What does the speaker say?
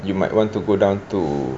you might want to go down to